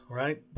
right